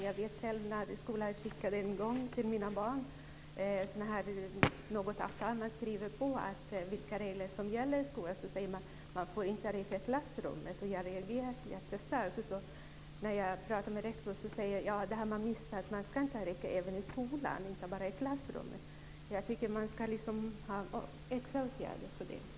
Jag vet själv att skolan en gång skickade till mina barn ett avtal som man skriver på om vilka regler som gäller i skolan. Där stod: Man får inte röka i klassrummet. Jag reagerade jättestarkt. När jag pratade med rektorn sade han: Ja, det här har man missat. Det är förbjudet att röka över huvud taget i skolan - och inte bara i klassrummet. Jag tycker att man ska sätta in extra åtgärder för detta.